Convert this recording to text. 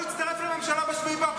אנחנו הצענו להצטרף לממשלה ב-7 באוקטובר,